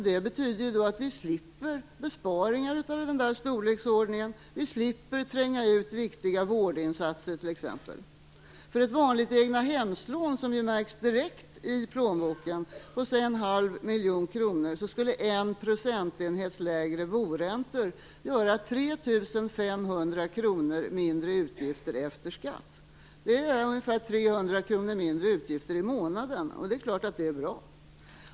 Det betyder att vi slipper besparingar av den storleksordningen, och vi slipper också tränga ut t.ex. viktiga vårdinsatser. För ett vanligt egnahemslån - som ju märks direkt i plånboken - på låt oss säga 1/2 miljon kronor, skulle en procentenhet lägre boräntor göra 3 500 kr mindre utgifter efter skatt. Det motsvarar ungefär 300 kr mindre i utgifter i månaden. Det är klart att det är bra.